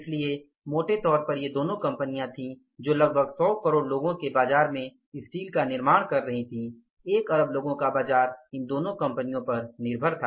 इसलिए मोटे तौर पर ये दोनों कंपनियां थीं जो लगभग सौ करोड़ लोगों के बाजार में स्टील का निर्माण कर रही थीं 1 अरब लोगों का बाजार इन दोनों कंपनियों पर निर्भर था